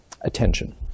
attention